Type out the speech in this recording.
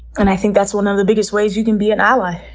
and i think that's one of the biggest ways you can be an ally.